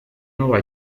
nueva